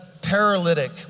paralytic